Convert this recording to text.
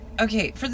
Okay